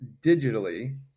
digitally